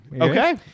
Okay